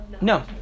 no